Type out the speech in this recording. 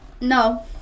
no